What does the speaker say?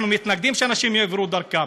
אנחנו מתנגדים שאנשים יעברו דרכם,